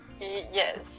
Yes